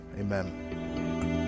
amen